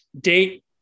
date